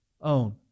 own